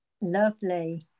Lovely